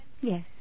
Yes